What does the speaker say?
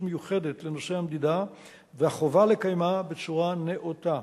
מיוחדת לנושא המדידה והחובה לקיימה בצורה נאותה.